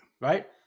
Right